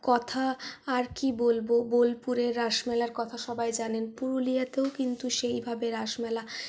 কথা আর কি বলব বোলপুরের রাসমেলার কথা সবাই জানেন পুরুলিয়াতেও কিন্তু সেইভাবে রাসমেলা